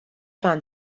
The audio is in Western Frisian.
fan